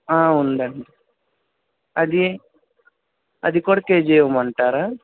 ఉందండి అది అదికూడా కేజీ ఇవ్వమంటారా